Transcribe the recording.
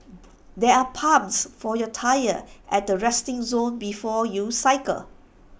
there are pumps for your tyres at the resting zone before you cycle